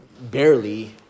barely